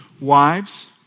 wives